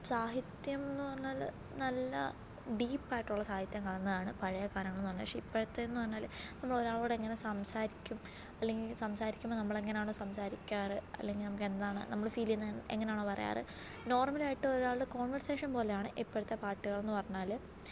സാഹിത്യം എന്ന് പറഞ്ഞാൽ നല്ല ഡീപ്പായിട്ടുള്ള സാഹിത്യം കലർന്നതാണ് പഴയ ഗാനങ്ങൾന്ന് പറഞ്ഞാൽ പക്ഷേ ഇപ്പോഴത്തെ പറഞ്ഞാൽ നമ്മൾ ഒരാളോട് എങ്ങനെ സംസാരിക്കും അല്ലെങ്കിൽ സംസാരിക്കുമ്പോൾ നമ്മളെങ്ങനെയാണോ സംസാരിക്കാറ് അല്ലെങ്കിൽ നമുക്കെന്താണ് നമ്മൾ ഫീൽ ചെയ്യുന്നത് എ എങ്ങനെയാണോ പറയാറ് നോർമലായിട്ട് ഒരാളുടെ കോൺവെർസേഷൻ പോലെയാണ് ഇപ്പോഴത്തെ പാട്ടുകൾന്ന് പറഞ്ഞാൽ